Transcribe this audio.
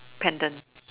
pendant